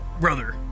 brother